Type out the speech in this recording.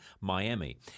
Miami